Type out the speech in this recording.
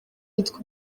yitwa